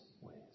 ways